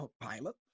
pilot